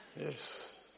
Yes